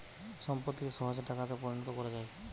সম্পত্তিকে সহজে টাকাতে পরিণত কোরা যায়